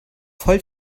voll